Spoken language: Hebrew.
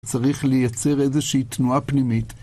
צריך לייצר איזשהיא תנועה פנימית